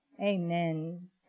amen